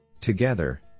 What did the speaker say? Together